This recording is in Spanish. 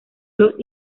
los